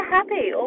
happy